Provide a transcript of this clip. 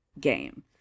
game